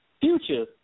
Future